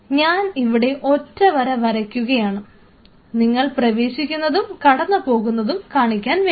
ഞാൻ ഇവിടെ ഒറ്റവര വരയ്ക്കുകയാണ് നിങ്ങൾ പ്രവേശിക്കുന്നതും കടന്നു പോകുന്നതും കാണിക്കാൻ വേണ്ടി